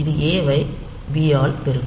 இது ஏ வை பி ஆல் பெருக்கும்